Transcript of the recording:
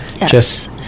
Yes